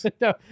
No